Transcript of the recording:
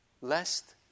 lest